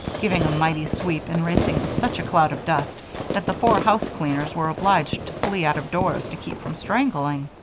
giving a mighty sweep and raising such a cloud of dust that the four housecleaners were obliged to flee out of doors to keep from strangling.